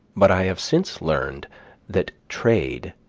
but i have since learned that trade